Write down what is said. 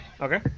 Okay